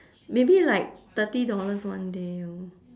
maybe like thirty dollars one day orh